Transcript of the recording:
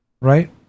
right